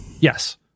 Yes